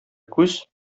күз